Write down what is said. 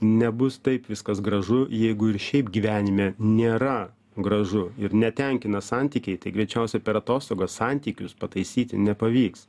nebus taip viskas gražu jeigu ir šiaip gyvenime nėra gražu ir netenkina santykiai tai greičiausiai per atostogas santykius pataisyti nepavyks